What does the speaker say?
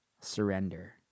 surrender